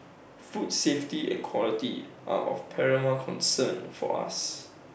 food safety and quality are of paramount concern for us